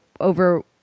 over